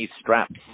straps